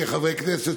כחברי כנסת,